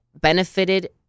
benefited